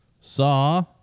Saw